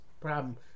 problem